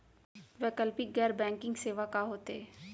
वैकल्पिक गैर बैंकिंग सेवा का होथे?